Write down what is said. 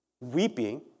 weeping